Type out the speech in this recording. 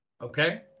Okay